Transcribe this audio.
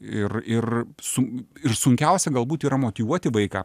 ir ir su ir sunkiausia galbūt yra motyvuoti vaiką